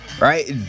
right